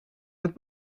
het